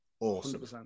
Awesome